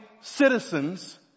citizens